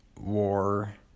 War